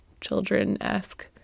children-esque